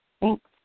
Thanks